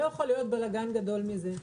לא יכול להיות בלגן גדול מזה.